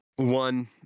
One